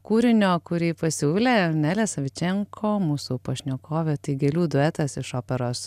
kūrinio kurį pasiūlė nelė savičenko mūsų pašnekovė tai gėlių duetas iš operos